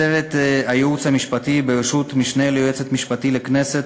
צוות הייעוץ המשפטי בראשות המשנה ליועץ המשפטי לכנסת,